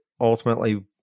ultimately